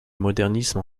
modernisme